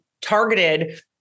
targeted